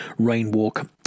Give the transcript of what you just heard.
Rainwalk